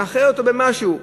מייחד אותו במשהו,